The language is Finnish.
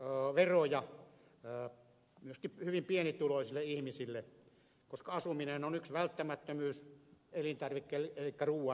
tässä siirretään veroja myöskin hyvin pienituloisille ihmisille koska asuminen on yksi välttämättömyys elintarvikkeiden elikkä ruuan lisäksi